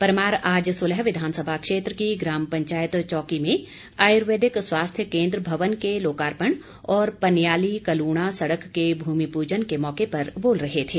परमार आज सुलह विधानसभा क्षेत्र की ग्राम पंचायत चौकी में आयुर्वेदिक स्वास्थ्य केंद्र भवन के लोकार्पण और पनियाली कलूणा सड़क के भूमि पूजन के मौके पर बोल रहे थे